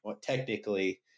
technically